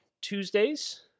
Tuesdays